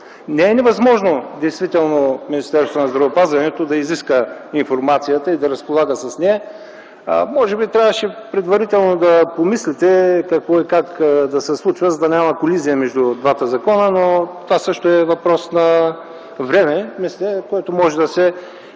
Не е невъзможно Министерството на здравеопазването да изиска информацията и да разполага с нея. Може би трябваше предварително да помислите какво и как да се случва, за да няма колизия между двата закона. Това също е въпрос на време, което може да се